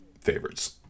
favorites